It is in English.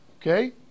Okay